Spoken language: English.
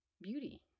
beauty